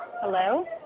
Hello